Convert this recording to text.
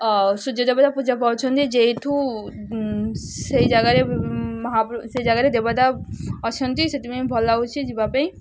ଅ ସୂର୍ଯ୍ୟ ଦେବତା ପୂଜା ପାଉଛନ୍ତି ଯେହେତୁ ସେଇ ଜାଗାରେ ମହା ସେ ଜାଗାରେ ଦେବତା ଅଛନ୍ତି ସେଥିପାଇଁ ଭଲ ଲାଗୁଛି ଯିବାପାଇଁ